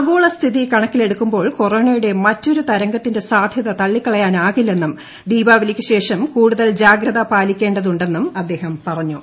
ആഗോളസ്ഥിതി കണ ക്കിലെടുക്കുമ്പോൾ കൊറോണയുടെ മറ്റൊരുതരംഗത്തിന്റെ സാധ്യത തള്ളിക്കളയാനാവില്ലെന്നും ദീപാവലിക്കുശേഷം കൂടുതൽ ജാഗ്രത പാലിക്കേതുന്നും അദ്ദേഹം പറഞ്ഞു